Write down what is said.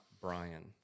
Brian